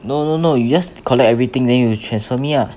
no no no you just collect everything then you transfer me ah